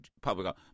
public